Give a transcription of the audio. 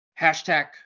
hashtag